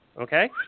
okay